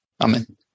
Amen